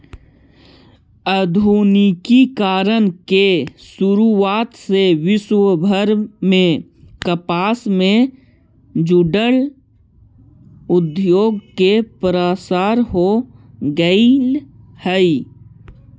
आधुनिकीकरण के शुरुआत से विश्वभर में कपास से जुड़ल उद्योग के प्रसार हो गेल हई